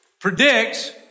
predicts